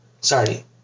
sorry